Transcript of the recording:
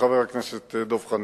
חבר הכנסת דב חנין,